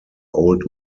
old